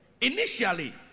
Initially